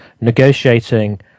negotiating